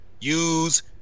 use